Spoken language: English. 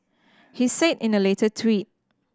he said in a later tweet